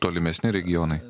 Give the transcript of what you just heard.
tolimesni regionai